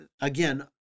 again